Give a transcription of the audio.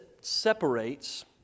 separates